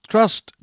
Trust